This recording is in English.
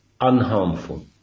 unharmful